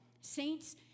Saints